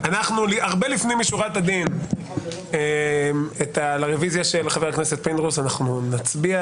הרבה לפנים משורת הדין על הרביזיה של חבר הכנסת פינדרוס אנחנו נצביע.